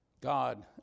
God